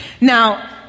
Now